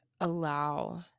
allow